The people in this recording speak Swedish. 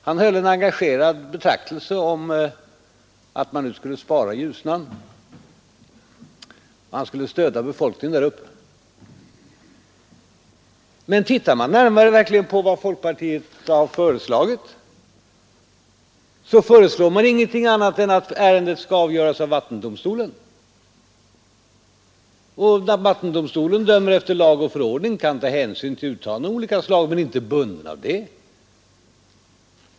Han höll en engagerad betraktelse om att man nu skulle spara Ljusnan, att man skulle stödja befolkningen där uppe. Men ser man litet närmare på vad folkpartiet har föreslagit, finner man att det inte har föreslagit någonting annat än att ärendet skall avgöras av vattendomstolen. Och vattendomstolen dömer efter lag och förordning och kan inte ta hänsyn till uttalanden av olika slag — den är inte bunden av det.